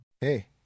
Hey